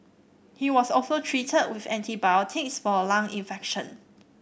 he was also treated with antibiotics for a lung infection